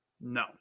No